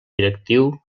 directiu